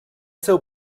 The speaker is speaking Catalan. seu